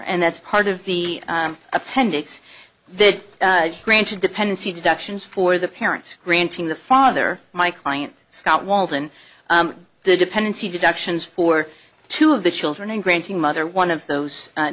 and that's part of the appendix that granted dependency deductions for the parents granting the father my client scott walton the dependency deductions for two of the children and granting mother one of those